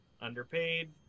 underpaid